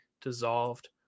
dissolved